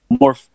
more